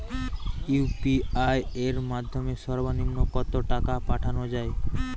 UPI এর মাধ্যমে সর্ব নিম্ন কত টাকা পাঠানো য়ায়?